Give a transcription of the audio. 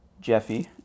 Jeffy